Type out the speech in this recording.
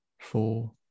four